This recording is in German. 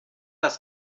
das